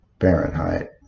Fahrenheit